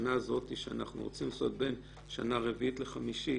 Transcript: בשנה שאנחנו רוצים לעשות בין שנה רביעית לחמישית.